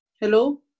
hello